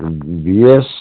B S